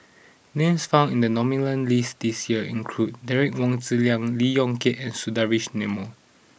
names found in the nominees' list this year include Derek Wong Zi Liang Lee Yong Kiat and Sundaresh Menon